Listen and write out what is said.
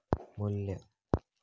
मू्ल्य